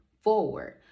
forward